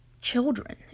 children